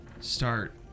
start